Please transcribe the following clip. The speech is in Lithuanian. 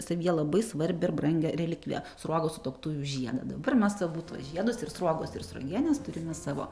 savyje labai svarbią ir brangią relikviją sruogos sutuoktuvių žiedą dabar mes abudu tuo žiedus ir sruogos ir sruogienės turime savo